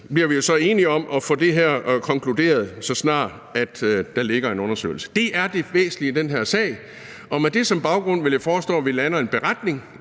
blive enige om at få konkluderet på det her, så snart der ligger en undersøgelse. Det er det væsentlige i den her sag, og med det som baggrund vil jeg foreslå, at vi lander en beretning